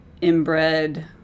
inbred